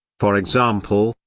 for example,